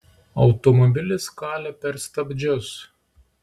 automobilis kalė per stabdžius